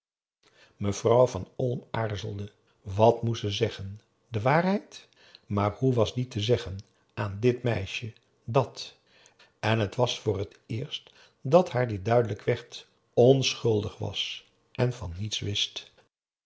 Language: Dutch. mevrouw van olm aarzelde wat moest ze zeggen de waarheid maar hoe was die te zeggen aan dit meisje dat en t was voor het eerst dat haar dit duidelijk werd onschuldig was en van niets wist